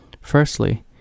Firstly